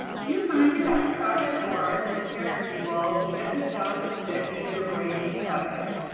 um do you find you have to practice more than hearing people to get the sound to stick in your brain better?